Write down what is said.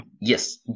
Yes